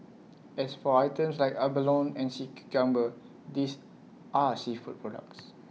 as for items like abalone and sea cucumber these are seafood products